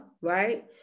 right